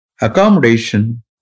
accommodation